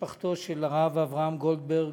משפחותיהם של הרב אברהם גולדברג,